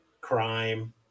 crime